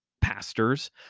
pastors